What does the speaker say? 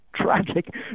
tragic